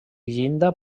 llinda